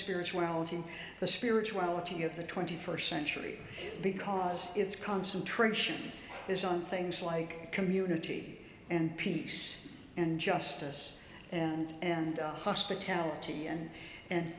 spirituality the spirituality of the twenty first century because it's concentration is on things like community and peace and justice and hospitality and